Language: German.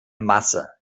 masse